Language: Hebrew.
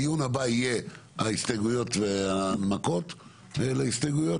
הדיון הבא יהיה על הסתייגויות והנמקות להסתייגויות